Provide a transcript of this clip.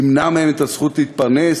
תמנע מהם את הזכות להתפרנס.